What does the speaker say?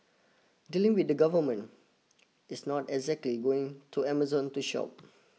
dealing with the government is not exactly going to Amazon to shop